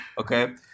Okay